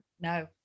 No